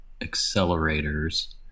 accelerators